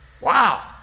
Wow